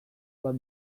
bat